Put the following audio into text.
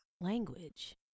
language